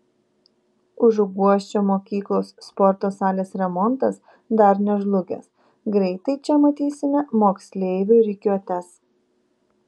užuguosčio mokyklos sporto salės remontas dar nežlugęs greitai čia matysime moksleivių rikiuotes